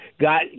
got